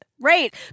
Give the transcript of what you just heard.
Right